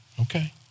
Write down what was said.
Okay